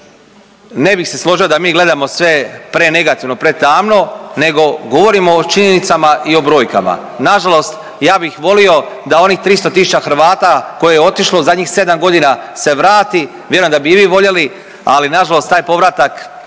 Ne bih se složio da mi gledamo sve prenegativno, pretamno, nego govorimo o činjenicama i o brojkama. Nažalost ja bih volio da onih 300 tisuća Hrvata koje je otišlo u zadnjih 7.g. se vrati, vjerujem da bi i vi voljeli, ali nažalost taj povratak